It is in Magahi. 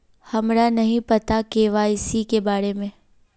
हमरा नहीं पता के.वाई.सी के बारे में?